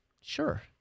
Sure